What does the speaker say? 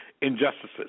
injustices